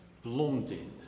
Blondin